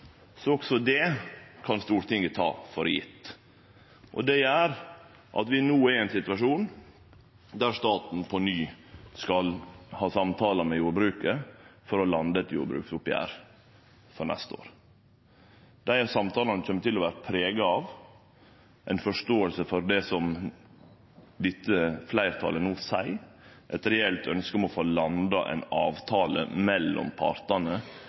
Så også det kan Stortinget ta for gjeve. Det gjer at vi no er i ein situasjon der staten på ny skal ha samtalar med jordbruket for å lande eit jordbruksoppgjer for neste år. Dei samtalane kjem til å vere prega av ei forståing for det dette fleirtalet no seier, eit reelt ønske om å få landa ein avtale mellom partane